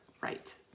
right